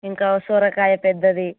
ఇంకా ఒక సొరకాయ పెద్దది